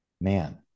Man